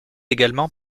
également